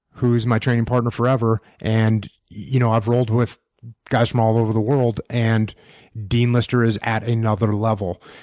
who was my training partner forever and you know i've rolled with guys from all over the world and dean lister is at another level.